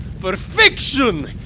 perfection